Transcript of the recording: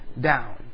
down